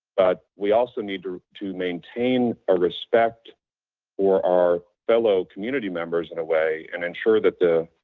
but we also need to to maintain our respect for our fellow community members in a way, and ensure that the,